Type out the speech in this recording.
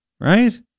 right